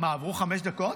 מה, עברו חמש דקות?